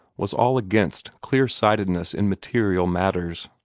was all against clear-sightedness in material matters.